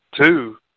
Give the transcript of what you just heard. two